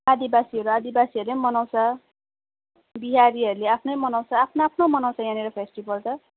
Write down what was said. आदिवासीहरू आदिवासीहरूले पनि मनाउँछ बिहारीहरूले आफ्नै मनाउँछ आफ्नो आफ्नो मनाउँछ यहाँनिर फेस्टिभल त